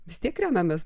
vis tiek remiamės